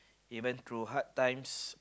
even through hard times